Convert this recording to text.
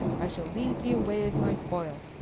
i shall lead thee away as my spoil,